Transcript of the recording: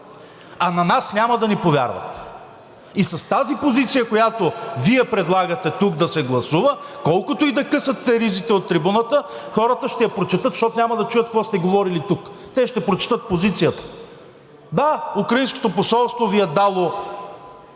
а на нас няма да ни повярват. С тази позиция, която Вие предлагате тук да се гласува, колкото и да късате ризите от трибуната, хората ще я прочетат, защото няма да чуят какво сте говорили тук, те ще прочетат позицията. Да, украинското посолство Ви е дало